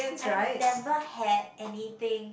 I've never had anything